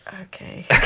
okay